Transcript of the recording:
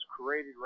created